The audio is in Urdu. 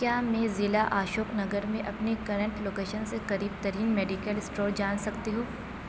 کیا میں ضلع اشوک نگر میں اپنی کرنٹ لوکیشن سے قریب ترین میڈیکل اسٹور جان سکتی ہوں